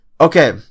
Okay